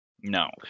No